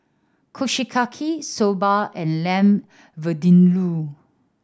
Kushiyaki Soba and Lamb Vindaloo